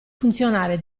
funzionare